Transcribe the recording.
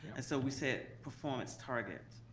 and so we said performance target.